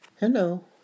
Hello